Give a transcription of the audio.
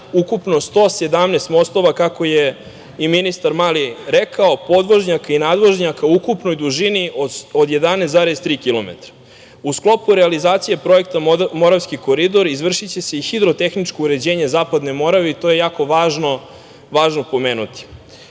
ukupno 117 mostova, kako je i ministar Mali rekao, podvožnjaka i nadvožnjaka u ukupnoj dužini od 11,3 kilometara.U sklopu realizacije projekta Moravski koridor izvršiće se i hidro-tehničko uređenje Zapadne Morave i to je jako važno pomenuti. Samim